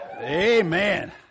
Amen